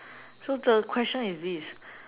so the question is this